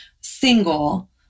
single